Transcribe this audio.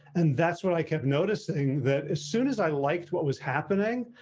and that's what i kept noticing that as soon as i liked what was happening,